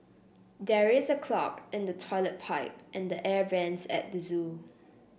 there is a clog in the toilet pipe and the air vents at the zoo